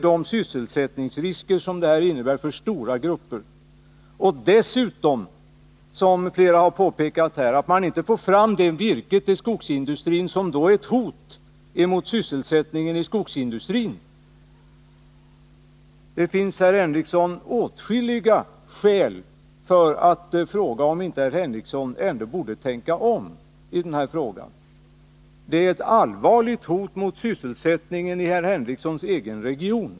Dessutom får man ju, som flera talare har påpekat, inte fram virket till skogsindustrin, och det är ett hot mot sysselsättningen i den industrin. Det finns, herr Henricsson, åtskilliga skäl att fråga om han ändå inte borde tänka om i det här sammanhanget. Här finns ett allvarligt hot mot sysselsättningen i herr Henricssons egen region.